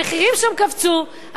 המחירים שם קפצו,